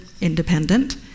independent